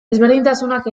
ezberdintasunak